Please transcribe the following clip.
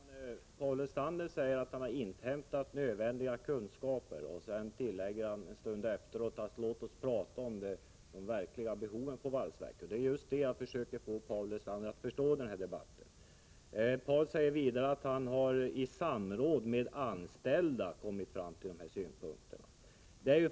Herr talman! Paul Lestander säger att han har inhämtat nödvändiga kunskaper. Han tillägger en stund efteråt: Låt oss prata om de verkliga behoven vid valsverket. Det är just det som jag försöker få Paul Lestander att göra i denna debatt. Paul Lestander säger vidare att han i samråd med anställda kommit fram till sina synpunkter.